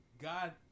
God